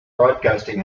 broadcasting